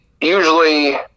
usually